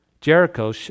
Jericho